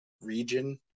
region